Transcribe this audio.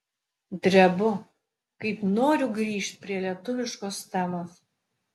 drebu kaip noriu grįžt prie lietuviškos temos